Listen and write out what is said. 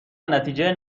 نتیجه